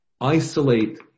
Isolate